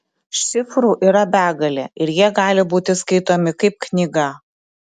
šifrų yra begalė ir jie gali būti skaitomi kaip knyga